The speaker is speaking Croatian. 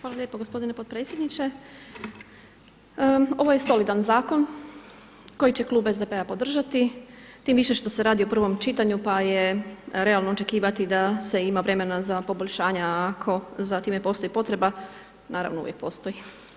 Hvala lijepo gospodine podpredsjedniče, ovo je solidan koji je Klub SDP-a podržati, tim više što se radi o prvom čitanju pa je realno očekivati da se ima vremena za poboljšanja ako za time postoji potreba, naravno uvijek postoji.